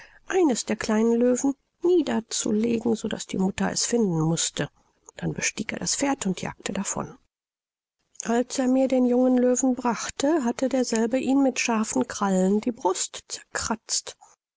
eines der kleinen löwen niederzulegen so daß die mutter es finden mußte dann bestieg er das pferd und jagte davon als er mir den jungen löwen brachte hatte derselbe ihn mit scharfen krallen die brust zerkratzt